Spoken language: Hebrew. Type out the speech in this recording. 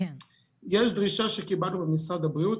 יש דרישה שקיבלנו ממשרד הבריאות,